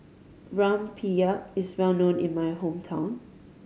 rempeyek is well known in my hometown